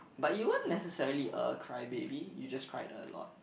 but you weren't necessarily a cry baby you just cried a lot